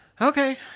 okay